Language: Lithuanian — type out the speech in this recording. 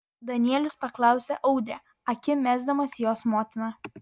danielius paklausė audrę akim mesdamas į jos motiną